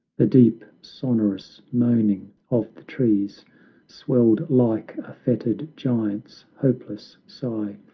the deep, sonorous, moaning of the trees swelled like a fettered giant's hopeless sigh,